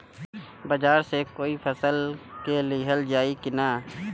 बाजार से कोई चीज फसल के लिहल जाई किना?